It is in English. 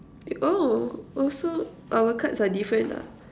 oh so our cards are different ah